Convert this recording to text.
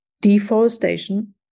deforestation